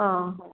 ಹಾಂ ಹಾಂ